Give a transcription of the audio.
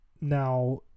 Now